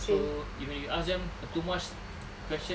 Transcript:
so when you ask them the questions